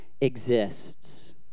exists